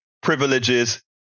privileges